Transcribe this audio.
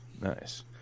nice